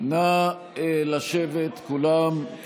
נא לשבת כולם.